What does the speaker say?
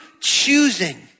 choosing